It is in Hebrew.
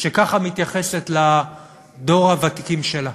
שכך מתייחסים לדור הוותיקים שלה?